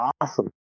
awesome